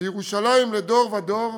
וירושלם לדור ודור,